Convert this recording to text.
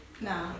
No